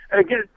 again